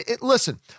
Listen